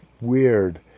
weird